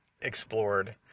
explored